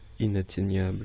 inatteignable